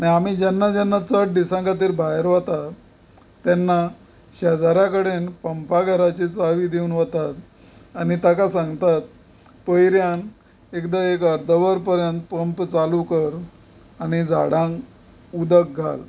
आमी जेन्ना जेन्ना चड दिसां खातीर भायर वतात तेन्ना शेजाऱ्या कडेन पंपाकाराची चावी दिवन वतात आनी ताका सांगतात पयऱ्यान एकदा एक अर्दवर पर्यत पंप चालू कर आनी झाडांक उदक घाल